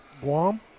Guam